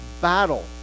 battle